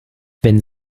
wenn